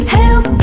help